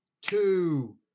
two